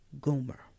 Gomer